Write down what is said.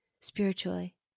spiritually